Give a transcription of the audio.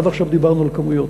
עד עכשיו דיברנו על כמויות.